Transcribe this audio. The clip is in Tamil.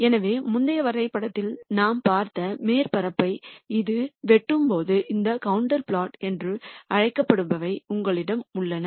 எனவே முந்தைய வரைபடத்தில் நாம் பார்த்த மேற்பரப்பை அது வெட்டும்போது இந்த கண்டூர் பிளாட்ஸ் என்று அழைக்கப்படுபவை உங்களிடம் உள்ளன